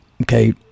okay